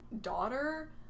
daughter